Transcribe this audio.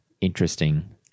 interesting